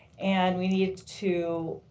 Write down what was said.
and we need to